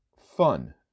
fun